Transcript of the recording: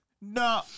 No